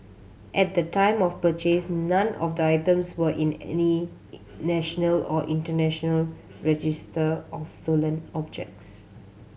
at the time of purchase none of the items were in any national or international register of stolen objects